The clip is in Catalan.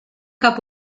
cap